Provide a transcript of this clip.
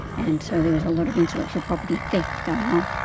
and so there was a lot of intellectual property theft going on.